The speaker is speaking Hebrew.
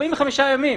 ל-45 ימים.